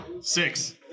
six